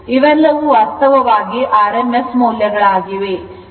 ಇವೆಲ್ಲವೂ ವಾಸ್ತವವಾಗಿ rms ಮೌಲ್ಯಗಳಾಗಿವೆ